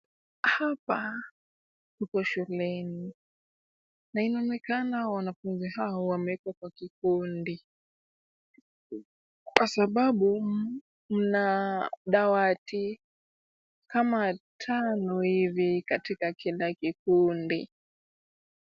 Hapa tuko shuleni na inaonekana wanafunzi hawa wamewekwa kwa kikundi, kwa sababu mna dawati kama tano hivi katika kila kikundi.